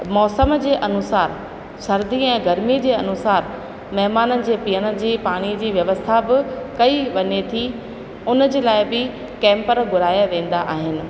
मौसम जे अनुसारु सर्दी ऐं गर्मी जे अनुसारु महिमान जी पीअण जी पाणी जी व्यवस्था बि कई वञे थी उन जे लाइ बि कैम्पर घुराया वेंदा आहिनि